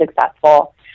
successful